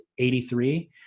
83